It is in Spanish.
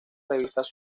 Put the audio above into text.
revistas